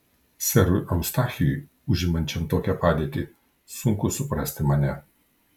serui eustachijui užimančiam tokią padėtį sunku suprasti mane